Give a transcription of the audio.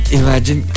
imagine